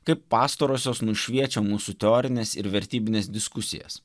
kaip pastarosios nušviečia mūsų teorines ir vertybines diskusijas